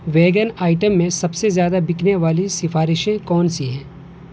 vegan item میں سب سے زیادہ بکنے والی سفارشیں کون سی ہیں